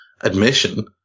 admission